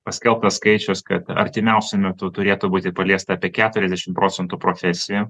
paskelbtas skaičius kad artimiausiu metu turėtų būti paliesta apie keturiasdešimt procentų profesijų